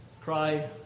cry